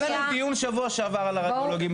היה לנו דיון בשבוע שעבר על הרדיולוגים.